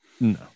No